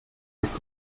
ist